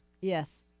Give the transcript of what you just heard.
yes